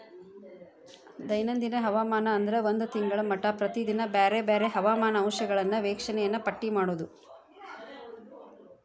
ದೈನಂದಿನ ಹವಾಮಾನ ಅಂದ್ರ ಒಂದ ತಿಂಗಳ ಮಟಾ ಪ್ರತಿದಿನಾ ಬ್ಯಾರೆ ಬ್ಯಾರೆ ಹವಾಮಾನ ಅಂಶಗಳ ವೇಕ್ಷಣೆಯನ್ನಾ ಪಟ್ಟಿ ಮಾಡುದ